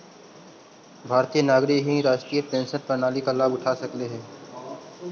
भारतीय नागरिक ही राष्ट्रीय पेंशन प्रणाली के लाभ उठा सकऽ हई